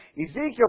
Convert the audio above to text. Ezekiel